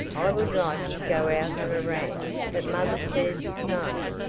i would like to go out on a ranch but mother says no,